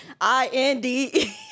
I-N-D